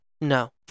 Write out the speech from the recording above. no